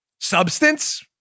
Substance